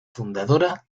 fundadora